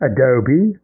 Adobe